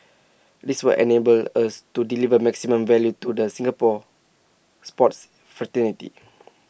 this will enable us to deliver maximum value to the Singapore sports fraternity